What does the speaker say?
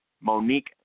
Monique